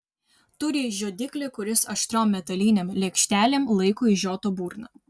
turi žiodiklį kuris aštriom metalinėm lėkštelėm laiko išžiotą burną